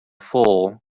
full